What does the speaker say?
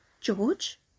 George